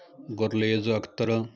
Gurlez Akhtar